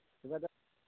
صبح دس